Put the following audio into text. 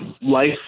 life